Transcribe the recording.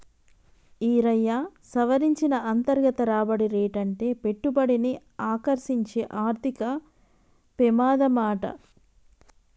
ఈరయ్యా, సవరించిన అంతర్గత రాబడి రేటంటే పెట్టుబడిని ఆకర్సించే ఆర్థిక పెమాదమాట